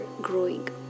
growing